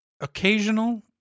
Occasional